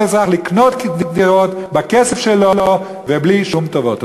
אזרח לקנות דירות בכסף שלו ובלי שום טובות.